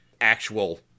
actual